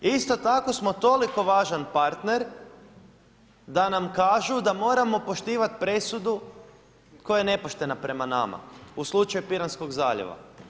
Isto tako smo toliko važan partner da nam kažu da moramo poštivati presudu koja je nepoštena prema nama u slučaju Piranskog zaljeva.